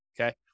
okay